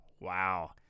wow